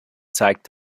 zeigt